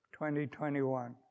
2021